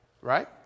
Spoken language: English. Right